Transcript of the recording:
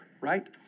right